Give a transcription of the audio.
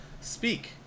speak